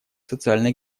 социально